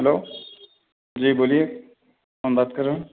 hello جی بولیے کون بات کر رہے ہیں